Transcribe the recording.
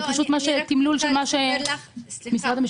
תמלול של מה שמשרד המשפטים --- סליחה,